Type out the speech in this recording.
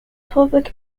public